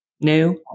new